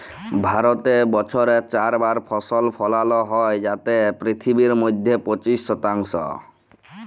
ভারতে বসরে চার বার ফসল ফলালো হ্যয় যাতে পিথিবীর মইধ্যে পঁচিশ শতাংশ